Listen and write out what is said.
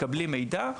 מקבלים מידע.